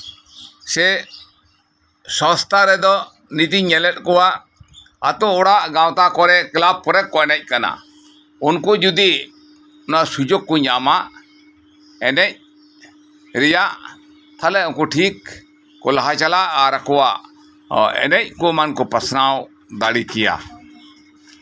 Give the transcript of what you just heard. ᱥᱚᱥᱛᱷᱟ ᱨᱮᱫᱚ ᱱᱤᱛᱤᱧ ᱧᱮᱞᱮᱫ ᱠᱚᱣᱟ ᱟᱛᱳ ᱚᱲᱟᱜ ᱜᱟᱶᱛᱟ ᱠᱚᱨᱮᱜ ᱠᱮᱞᱟᱵᱽ ᱠᱚᱨᱮ ᱠᱚ ᱮᱱᱮᱡ ᱠᱟᱱᱟ ᱩᱱᱠᱩ ᱡᱚᱫᱤ ᱱᱚᱣᱟ ᱥᱩᱡᱳᱜ ᱠᱚ ᱧᱟᱢᱟ ᱮᱱᱮᱡ ᱨᱮᱭᱟᱜ ᱛᱟᱦᱞᱮ ᱴᱷᱤᱠ ᱠᱚ ᱞᱟᱦᱟ ᱪᱟᱞᱟᱜᱼᱟ ᱟᱨ ᱟᱠᱚᱣᱟᱜ ᱮᱱᱮᱡ ᱠᱚ ᱮᱢᱟᱱ ᱠᱚ ᱯᱟᱥᱱᱟᱣ ᱫᱟᱲᱮᱨ ᱠᱮᱭᱟ